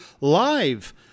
live